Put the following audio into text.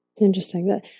Interesting